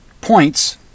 points